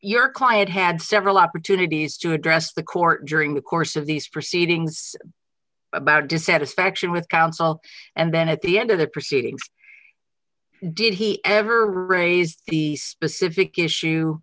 client had several opportunities to address the court during the course of these proceedings about dissatisfaction with counsel and then at the end of the proceedings did he ever raised the specific issue